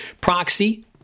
Proxy